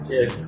Yes